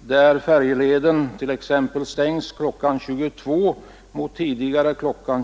där färjeleden t.ex. stängs kl. 22 mot tidigare kl.